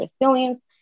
resilience